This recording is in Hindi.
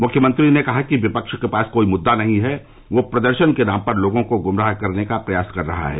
मुख्यमंत्री ने कहा कि विपक्ष के पास कोई मुददा नहीं है वह प्रदर्शन के नाम पर लोगों को गुमराह करने का काम कर रहा है